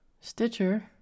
Stitcher